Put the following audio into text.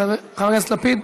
חבר הכנסת לפיד,